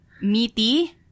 Meaty